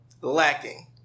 Lacking